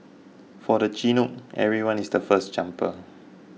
for the Chinook everyone is the first jumper